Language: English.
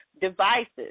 Devices